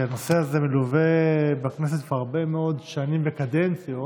שהנושא הזה מלווה את הכנסת כבר הרבה מאוד שנים וקדנציות,